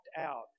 out